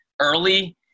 early